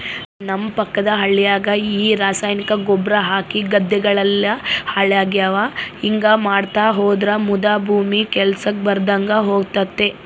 ನಮ್ಮ ಪಕ್ಕದ ಹಳ್ಯಾಗ ಈ ರಾಸಾಯನಿಕ ಗೊಬ್ರ ಹಾಕಿ ಗದ್ದೆಗಳೆಲ್ಲ ಹಾಳಾಗ್ಯಾವ ಹಿಂಗಾ ಮಾಡ್ತಾ ಹೋದ್ರ ಮುದಾ ಭೂಮಿ ಕೆಲ್ಸಕ್ ಬರದಂಗ ಹೋತತೆ